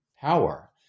power